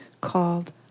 called